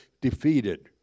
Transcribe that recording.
defeated